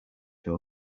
your